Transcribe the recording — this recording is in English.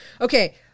Okay